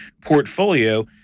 portfolio